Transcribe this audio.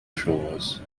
shores